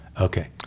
Okay